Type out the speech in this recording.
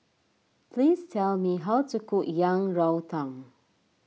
please tell me how to cook Yang Rou Tang